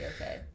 okay